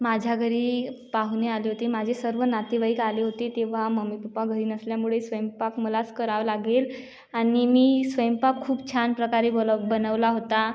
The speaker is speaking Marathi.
माझ्या घरी पाहुणे आले होते माझे सर्व नातेवाईक आले होते तेव्हा मम्मी पप्पा घरी नसल्यामुळे स्वयंपाक मलाच करावा लागेल आणि मी स्वयंपाक खूप छान प्रकारे बलब बनवला होता